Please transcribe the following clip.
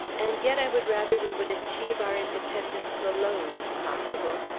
and yet, i would rather we would achieve our independence alone, if possible.